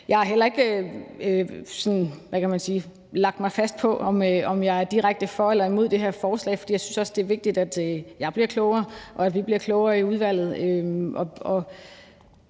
Jeg har heller ikke lagt mig fast på, om jeg er direkte for eller imod det her forslag, for jeg synes, det er vigtigt, at jeg bliver klogere, og at vi bliver klogere i udvalget.